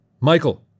Michael